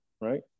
right